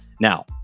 Now